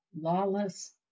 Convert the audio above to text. Lawless